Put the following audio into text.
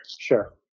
Sure